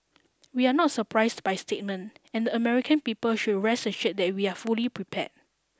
we are not surprised by statement and the American people should rest assured that we are fully prepared